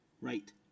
Right